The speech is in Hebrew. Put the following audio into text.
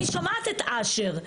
אני שומעת את אשר.